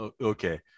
Okay